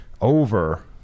over